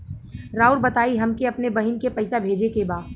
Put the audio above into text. राउर बताई हमके अपने बहिन के पैसा भेजे के बा?